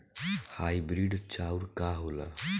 Hybrid चाउर का होला?